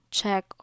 check